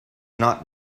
not